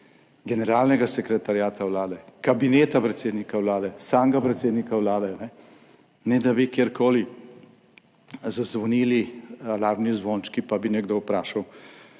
generalnega sekretariata Vlade, kabineta predsednika Vlade samega, predsednika Vlade, ne da bi kjerkoli zazvonili alarmni zvončki, pa bi nekdo vprašal: